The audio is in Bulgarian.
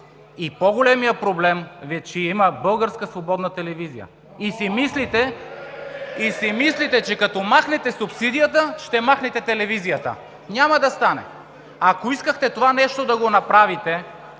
но по-големият проблем Ви е, че има Българска свободна телевизия. (Оживление.) И си мислите, че като махнете субсидията, ще махнете телевизията. Няма да стане! Ако искахте това нещо да го направите,